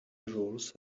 rules